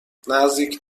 نزدیک